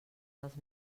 dels